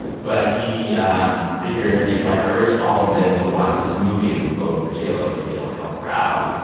but he um figured, if i urge all of them to watch this movie and vote for j-lo, maybe it'll help her out.